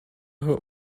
her